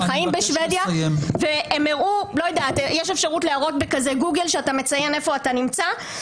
הם חיים בשוודיה ויש אפשרות להראות ב-גוגל כשאתה מציין היכן אתה נמצא,